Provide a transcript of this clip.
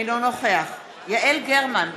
אינו נוכח יעל גרמן,